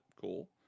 Cool